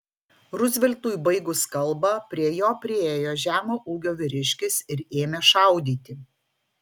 ruzveltui baigus kalbą prie jo priėjo žemo ūgio vyriškis ir ėmė šaudyti